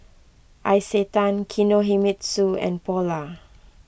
Isetan Kinohimitsu and Polar